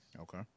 Okay